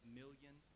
million